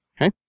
okay